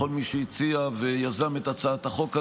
לכל מי שהציע ויזם את הצעת החוק הזו,